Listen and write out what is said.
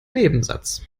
nebensatz